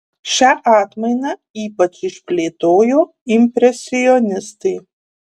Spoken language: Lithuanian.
šią atmainą ypač išplėtojo impresionistai